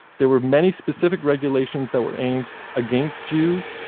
there were many specific regulations that were aimed against jews.